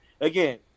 again